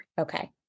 Okay